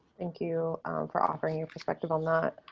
thank you for offering your perspective on that.